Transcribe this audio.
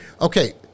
Okay